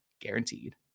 guaranteed